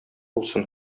булсын